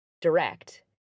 direct